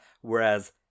Whereas